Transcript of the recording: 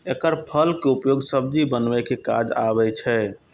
एकर फल के उपयोग सब्जी बनबै के काज आबै छै